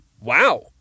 Wow